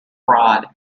fraud